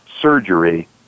Surgery